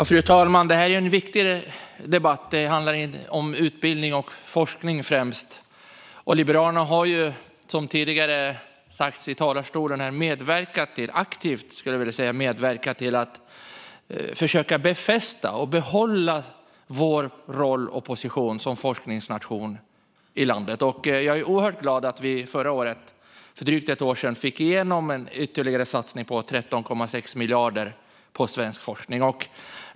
Fru talman! Det här är en viktig debatt. Den handlar främst om utbildning och forskning. Liberalerna har, som tidigare sagts i talarstolen, aktivt medverkat till att försöka befästa och behålla Sveriges roll och position som forskningsnation. Jag är oerhört glad att vi för drygt ett år sedan fick igenom en ytterligare satsning på 13,6 miljarder på svensk forskning.